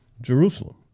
Jerusalem